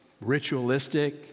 ritualistic